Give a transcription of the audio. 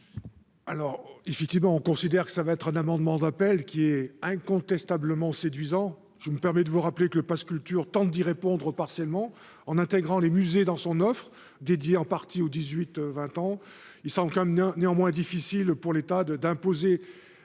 Alors effectivement, on considère que ça va être un amendement d'appel qui est incontestablement séduisant, je me permets de vous rappeler que le Pass culture tente d'y répondre partiellement en intégrant les musées dans son offre dédiée en partie au 18 20 ans ils sont comme néanmoins difficile pour l'État de d'imposer